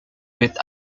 with